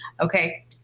Okay